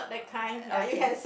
uh okay